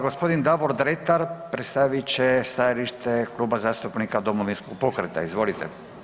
G. Davor Dretar predstavit će stajalište Kluba zastupnika Domovinskog pokreta, izvolite.